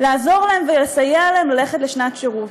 לעזור להם ולסייע להם ללכת לשנת שירות.